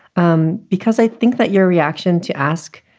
um because i think that your reaction to ask,